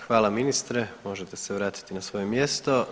Hvala ministre, možete se vratiti na svoje mjesto.